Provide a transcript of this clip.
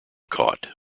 caught